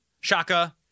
shaka